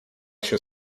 się